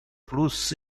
plus